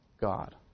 God